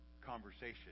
conversation